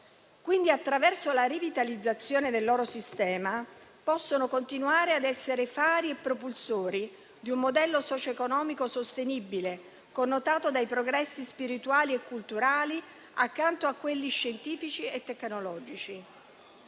dignità. Attraverso la rivitalizzazione del loro sistema possono continuare ad essere fari e propulsori di un modello socioeconomico sostenibile, connotato dai progressi spirituali e culturali accanto a quelli scientifici e tecnologici.